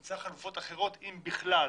וימצא חלופות אחרות אם בכלל,